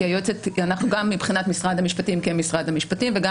כי אנחנו גם מבחינת משרד המשפטים כמשרד המשפטים וגם